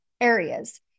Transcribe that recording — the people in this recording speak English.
areas